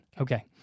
Okay